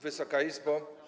Wysoka Izbo!